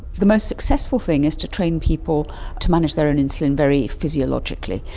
the most successful thing is to train people to manage their own insulin very physiologically,